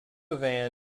van